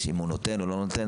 אם הוא נותן או לא נותן,